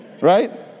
Right